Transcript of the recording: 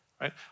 right